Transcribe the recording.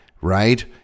right